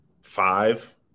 five